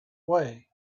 way